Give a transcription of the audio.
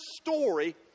story